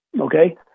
Okay